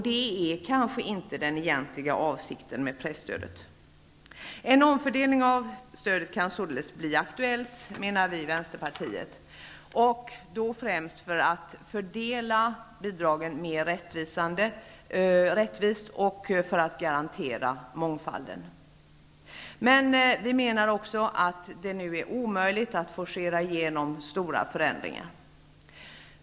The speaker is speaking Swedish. Det är kanske inte den egentliga avsikten med presstödet. En omfördelning av stödet kan således bli aktuell, främst för att fördela det mer rättvist och för att garantera mångfalden. Vi i Vänsterpartiet menar att det nu är omöjligt att forcera stora förändringar.